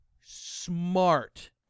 Smart